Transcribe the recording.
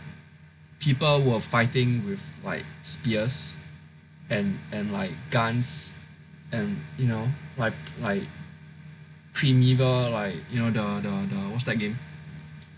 where people were fighting with like spears and and like guns and you know like like Primeval like you know the the the what's that game